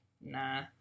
nah